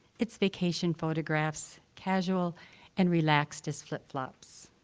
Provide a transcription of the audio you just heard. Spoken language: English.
its vacation photographs, casual and relaxed as flip-flops.